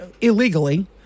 illegally